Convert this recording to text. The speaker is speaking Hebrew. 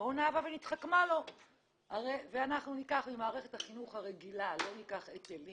הוא מתחכם: אני לא אקח ממערכת החינוך הרגילה היטלים